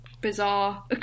bizarre